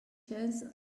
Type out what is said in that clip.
jazz